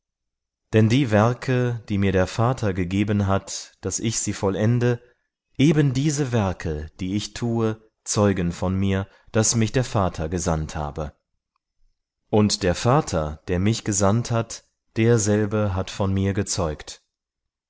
denn die werke die mir der vater gegeben hat daß ich sie vollende eben diese werke die ich tue zeugen von mir daß mich der vater gesandt habe und der vater der mich gesandt hat derselbe hat von mir gezeugt